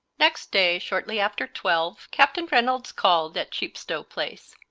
next day, shortly after twelve, captain reynolds called at chepstow place.